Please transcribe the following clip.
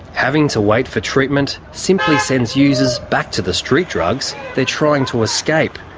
having to wait for treatment simply sends users back to the street drugs they're trying to escape,